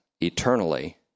eternally